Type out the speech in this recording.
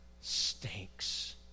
stinks